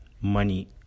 money